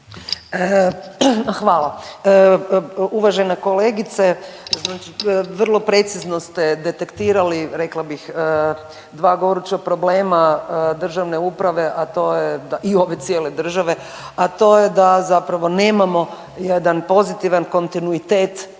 Hvala. Uvažena kolegice, vrlo precizno ste detektirali rekla bih dva goruća problema državne uprave i ove cijele države, a to je da zapravo nemamo jedan pozitivan kontinuitet